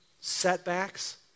setbacks